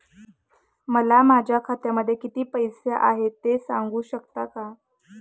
मला माझ्या खात्यामध्ये किती पैसे आहेत ते सांगू शकता का?